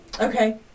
okay